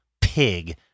pig